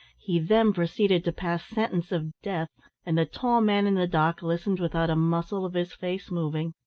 he then proceeded to pass sentence of death, and the tall man in the dock listened without a muscle of his face moving.